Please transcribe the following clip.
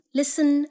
listen